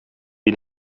die